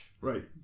right